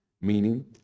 Meaning